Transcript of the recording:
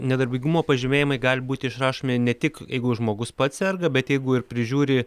nedarbingumo pažymėjimai gali būti išrašomi ne tik jeigu žmogus pats serga bet jeigu ir prižiūri